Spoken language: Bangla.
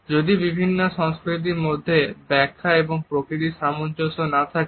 যদি বিভিন্ন সংস্কৃতির মধ্যে ব্যাখ্যা এবং প্রকৃতির সামঞ্জস্য না থাকে